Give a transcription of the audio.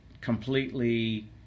completely